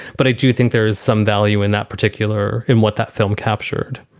but i do think there is some value in that particular in what that film captured